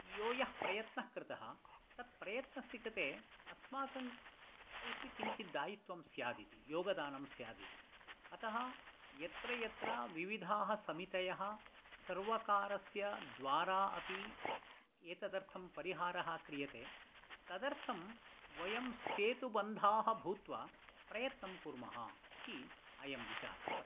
यो यः प्रयत्नः कृतः तत्प्रयत्नस्य कृते अस्माकम् अपि किञ्चित् दायित्वां स्यादिति योगदानं स्यादिति अतः यत्र यत्र विविधाः समितयः सर्वकारस्य द्वारा अपि एतदर्थं परिहारः क्रियते तदर्थं वयं सेतुबन्धाः भूत्वा प्रयत्नं कुर्मः इति अयं विचारः वर्तते